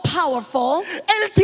powerful